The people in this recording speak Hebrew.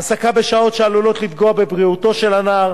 העסקה בשעות שעלולות לפגוע בבריאותו של הנער